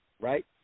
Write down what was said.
right